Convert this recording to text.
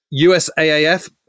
USAAF